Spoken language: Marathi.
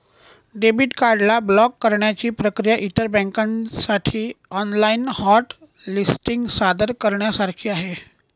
डेबिट कार्ड ला ब्लॉक करण्याची प्रक्रिया इतर बँकांसाठी ऑनलाइन हॉट लिस्टिंग सादर करण्यासारखी आहे